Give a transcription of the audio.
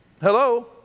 Hello